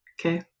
okay